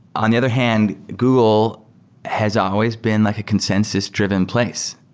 on the other hand, google has always been like a consensus-driven place.